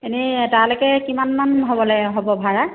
এনেই তালৈকে কিমানমান হ'বলে হ'ব ভাড়া